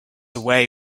away